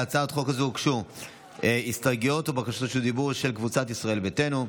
להצעת חוק זו הוגשו הסתייגויות ובקשות דיבור של קבוצת סיעת ישראל ביתנו,